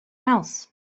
house